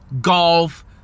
golf